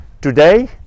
today